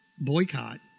Boycott